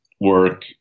work